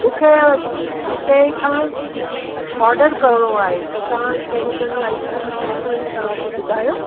मूंखे हिते खां कुझु ऑडर करिणो आहे त तव्हां च कहिड़ी कहिड़ियूं आइस्क्रीम्स रखियूं आहिनि तव्हां मूंखे ॿुधायो